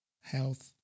health